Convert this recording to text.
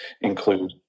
include